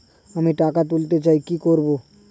আমি টাকা তুলতে চাই কি করব?